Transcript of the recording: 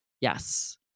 Yes